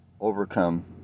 overcome